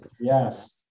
Yes